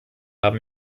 haben